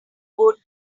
wood